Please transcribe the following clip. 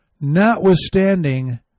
notwithstanding